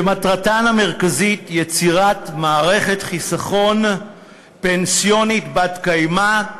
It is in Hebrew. שמטרתן המרכזית היא יצירת מערכת חיסכון פנסיונית בת-קיימא,